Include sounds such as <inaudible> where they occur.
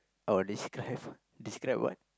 oh describe <laughs> describe what